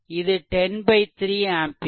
இது 103 ஆம்பியர்